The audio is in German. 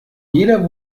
jeder